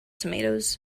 tomatoes